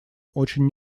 очень